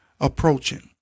approaching